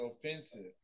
offensive